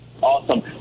Awesome